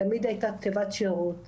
תמיד היתה תיבת שירות,